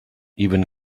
even